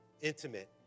intimate